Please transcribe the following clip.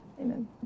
amen